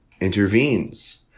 intervenes